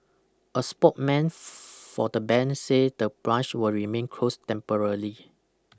a spokeman for the bank say the branch will remain closed temporarily